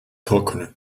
coconuts